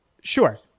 Sure